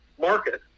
market